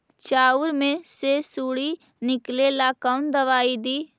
चाउर में से सुंडी निकले ला कौन दवाई दी?